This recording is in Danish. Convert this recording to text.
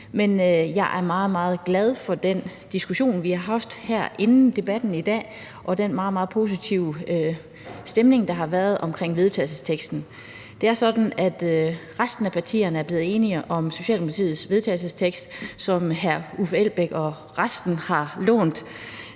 Men jeg er meget, meget glad for den diskussion, vi har haft her inden debatten i dag, og for den meget positive stemning, der har været omkring vedtagelsesteksten. Det er sådan, at resten af partierne er blevet enige om Socialdemokratiets vedtagelsestekst, som hr. Uffe Elbæk og resten har lånt.